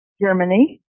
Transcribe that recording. Germany